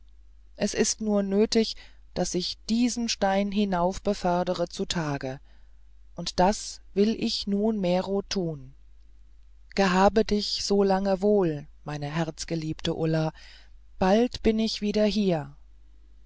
es ist nur nötig daß ich diesen stein hinauffördere zutage und das will ich nunmehro tun gehab dich so lange wohl meine herzgeliebte ulla bald bin ich wieder hier